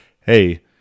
hey